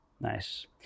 Nice